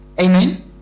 amen